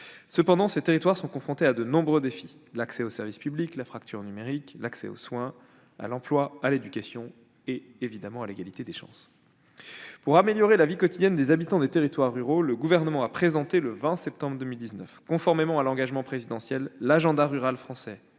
Cependant, ces territoires sont confrontés à de nombreux défis : accès aux services publics ; fracture numérique ; accès aux soins, à l'emploi, à l'éducation et, bien évidemment, à l'égalité des chances ... Pour améliorer la vie quotidienne de leurs habitants, le Gouvernement a présenté, le 20 septembre 2019, conformément à l'engagement présidentiel, l'agenda rural français